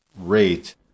rate